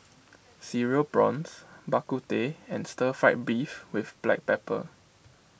Cereal Prawns Bak Kut Teh and Stir Fried Beef with Black Pepper